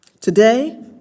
Today